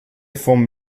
vom